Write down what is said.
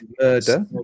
murder